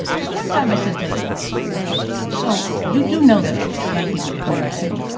so one time i said to the editor so, you do know that black people get married too